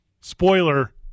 spoiler